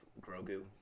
Grogu